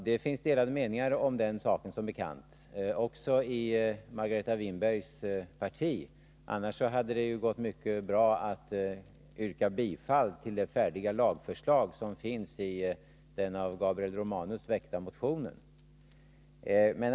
Det finns som bekant delade meningar om den saken — också i Margareta Winbergs parti; annars hade det ju gått bra för henne att yrka bifall till det färdiga lagförslaget i den av Gabriel Romanus väckta motionen.